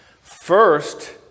first